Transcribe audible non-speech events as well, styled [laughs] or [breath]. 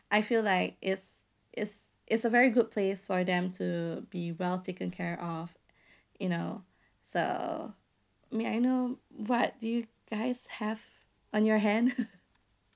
I feel like it's it's it's a very good place for them to be well taken care of [breath] you know so may I know what do you guys have on your hand [laughs]